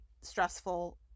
stressful